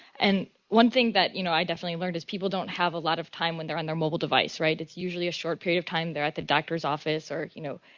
and one thing that, you know, i definitely learned is people don't have a lot of time when they're on their mobile device, right? it's usually a short period of time. they're at the doctor's office or, you know,